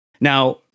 Now